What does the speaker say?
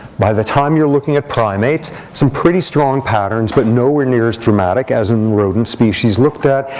by the time you're looking at primates, some pretty strong patterns but nowhere near as dramatic as in rodent species looked at.